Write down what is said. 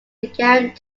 began